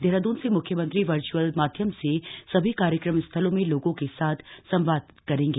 देहरादून से मुख्यमंत्री वर्च्अल माध्यम से सभी कार्यक्रम स्थलों में लोगों के साथ संवाद करेंगे